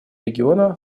региона